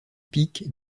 pic